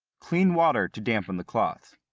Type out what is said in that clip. clean water to dampen the cloths.